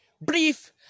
brief